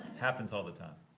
happens all the time.